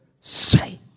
say